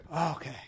okay